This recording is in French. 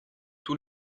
tout